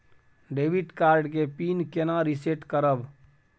Debit card के PIN केना reset करब?